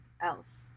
else